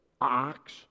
ox